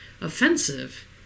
offensive